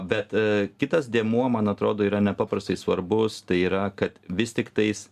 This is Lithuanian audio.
bet kitas dėmuo man atrodo yra nepaprastai svarbus tai yra kad vis tiktais